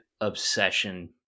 obsession